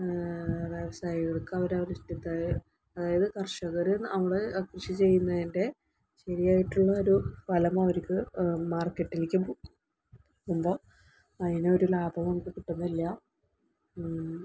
വ്യവസായികൾക്ക് അവരവരുടെ ഇഷ്ടത്തിന് അതായത് കർഷകർ അവര് കൃഷി ചെയ്യുന്നതിൻ്റെ ശരിയായിട്ടുള്ളൊരു ഫലം അവർക്ക് മാർക്കറ്റിലേക്ക് എത്തുമ്പോൾ അതിനൊരു ലാഭവും അവർക്ക് കിട്ടുന്നില്ല